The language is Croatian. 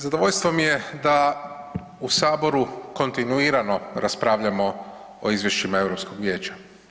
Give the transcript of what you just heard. Zadovoljstvo mi je da u Saboru kontinuirano raspravljamo o izvješćima Europskog vijeća.